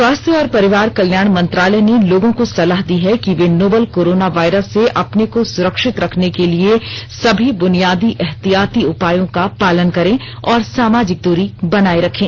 स्वास्थ्य और परिवार कल्याण मंत्रालय ने लोगों को सलाह दी है कि वे नोवल कोरोना वायरस से अपने को सुरक्षित रखने के लिए सभी बुनियादी एहतियाती उपायों का पालन करें और सामाजिक दूरी बनाए रखें